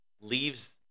leaves